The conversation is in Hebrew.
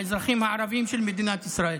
האזרחים הערבים של מדינת ישראל.